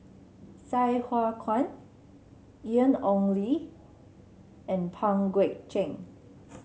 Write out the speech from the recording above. Sai Hua Kuan Ian Ong Li and Pang Guek Cheng